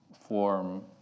form